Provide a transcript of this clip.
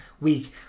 week